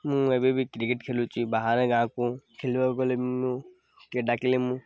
ମୁଁ ଏବେବି କ୍ରିକେଟ୍ ଖେଳୁଛି ବାହାରେ ଗାଁକୁ ଖେଳିବାକୁ ଗଲେ ମୁଁ କି ଡାକିଲେ ମୁଁ